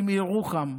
אני מירוחם,